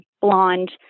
blonde